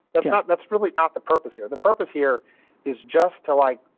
but that's really not the purpose here. the purpose here is just to, like,